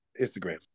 Instagram